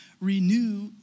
Renew